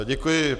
Děkuji.